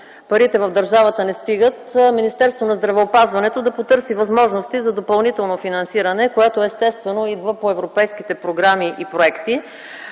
парите в държавата не стигат, Министерството на здравеопазването да потърси възможности за допълнително финансиране, което естествено идва по европейските програми и проекти.